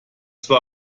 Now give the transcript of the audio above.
zwar